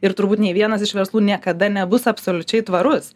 ir turbūt nei vienas iš verslų niekada nebus absoliučiai tvarus